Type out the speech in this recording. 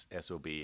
sob